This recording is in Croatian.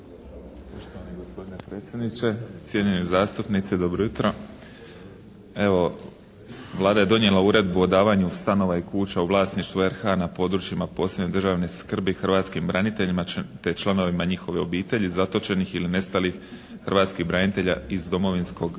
hrvatskih branitelja iz Domovinskog